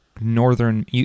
northern